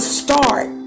start